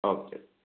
okay